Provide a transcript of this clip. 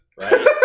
right